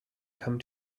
came